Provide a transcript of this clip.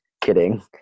kidding